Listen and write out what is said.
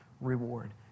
reward